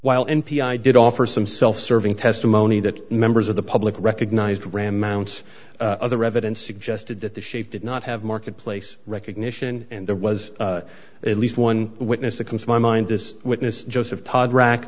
while n p i did offer some self serving testimony that members of the public recognized ram mounts other evidence suggested that the shape did not have marketplace recognition and there was at least one witness that comes to my mind this witness joseph todd ra